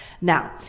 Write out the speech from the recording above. Now